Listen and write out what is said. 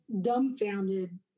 dumbfounded